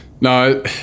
No